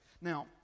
Now